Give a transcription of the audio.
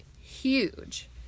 huge